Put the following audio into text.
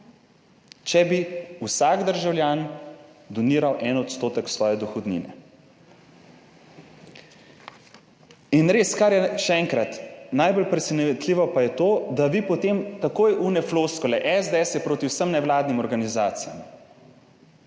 Če bi vsak državljan doniral 1 % svoje dohodnine. In res, kar je - še enkrat - najbolj presenetljivo pa je to, da vi potem takoj one floskule, SDS je proti vsem nevladnim organizacijam.